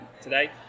today